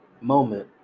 moment